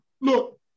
look